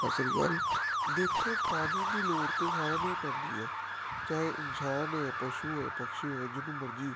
ਸਤਿ ਸ਼੍ਰੀ ਅਕਾਲ ਦੇਖੋ ਪਾਣੀ ਦੀ ਲੋੜ ਤਾਂ ਸਾਰਿਆਂ ਨੂੰ ਹੀ ਪੈਂਦੀ ਹੈ ਚਾਹੇ ਇਨਸਾਨ ਪਸ਼ੂ ਹੋਏ ਪਕਸ਼ੀ ਹੋਏ ਜਿਹਨੂੰ ਮਰਜੀ